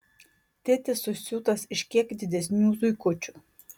tėtis susiūtas iš kiek didesnių zuikučių